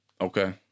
Okay